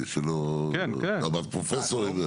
אבל פרופסור?